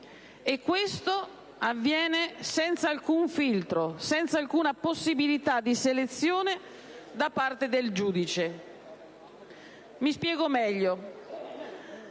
Ciò avviene senza alcun filtro, senza alcuna possibilità di selezione da parte del giudice. Mi spiego meglio.